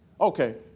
Okay